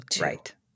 Right